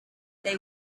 they